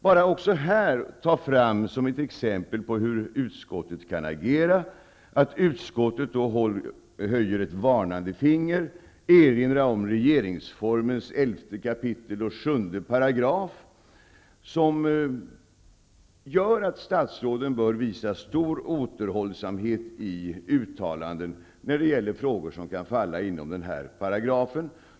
Bara som ett exempel på hur utskottet kan agera och höja ett varnande finger vill jag erinra om 11 kap. 7 § i regeringsformen. Statsråden bör visa stor återhållsamhet i uttalanden när det gäller frågor som kan lyda under den här paragrafen.